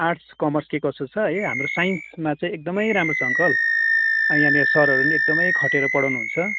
arts commerce के कसो छ है हाम्रो साइन्समा चाहिँ एकदमै राम्रो छ अङ्कल यहाँनेर सरहरूले एकदमै खटेर पढाउनुहुन्छ